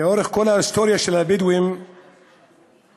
לאורך כל ההיסטוריה של הבדואים החקלאות